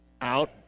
out